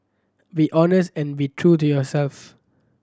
be honest and be true to yourself